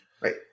Right